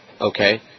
Okay